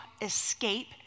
escape